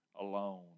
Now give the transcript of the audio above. alone